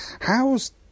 how's